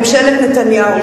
ממשלת נתניהו,